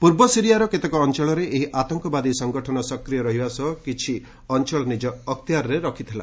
ପୂର୍ବ ସିରିଆର କେତେକ ଅଞ୍ଚଳରେ ଏହି ଆତଙ୍କବାଦୀ ସଂଗଠନ ସକ୍ରିୟ ରହିବା ସହ କିଛି ଅଞ୍ଚଳ ନିଜ ଅକ୍ତିଆରରେ ରଖିଥିଲା